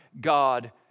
God